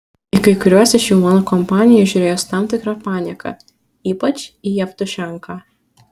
į kai kuriuos iš jų mano kompanija žiūrėjo su tam tikra panieka ypač į jevtušenką